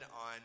on